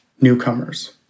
newcomers